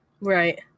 Right